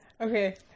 okay